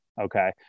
Okay